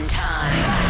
time